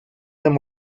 them